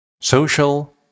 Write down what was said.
social